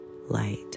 light